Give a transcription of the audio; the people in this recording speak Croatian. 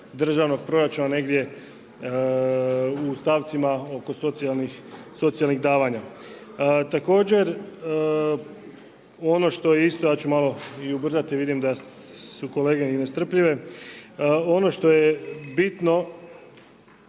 državnog proračuna negdje u stavcima oko socijalnih davanja. Također ono što je isto, ja ću malo i ubrzati vidim da su kolege i nestrpljive, ono što je bitno